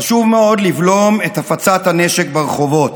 חשוב מאוד לבלום את הפצת הנשק ברחובות,